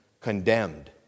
condemned